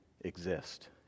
exist